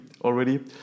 already